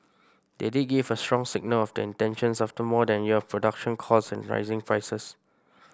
they did give a strong signal of their intentions after more than a year of production cuts and rising prices